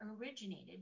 originated